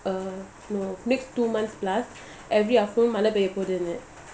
uh no next two months plus மழைபெய்யபோகுதுனு:mazhai peyya poguthunu